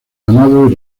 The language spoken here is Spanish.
ganado